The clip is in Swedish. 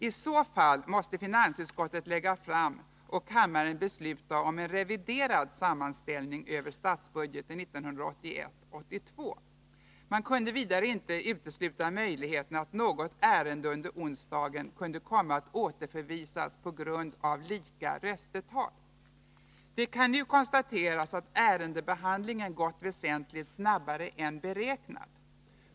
I så fall måste finansutskottet lägga fram och kammaren besluta om en reviderad sammanställning över statsbudgeten 1981/82. Man kunde vidare inte utesluta möjligheten att något ärende under onsdagen kunde komma att återförvisas på grund av lika röstetal. Det kan nu konstateras att ärendebehandlingen gått väsentligt snabbare än beräknat.